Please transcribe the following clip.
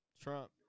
Trump